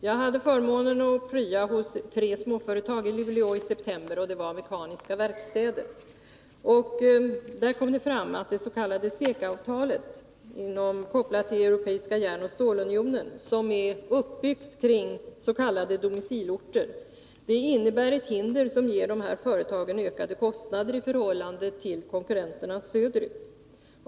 Jag hade förmånen att prya hos tre småföretag i Luleå i september, och det var mekaniska verkstäder. Det kom då fram att det s.k. CECA-avtalet, som är kopplat till Europeiska järnoch stålunionen och som är uppbyggt kring s.k. domicilorter, innebär ett hinder som ger dessa företag ökade kostnader i förhållande till konkurrenterna söderut.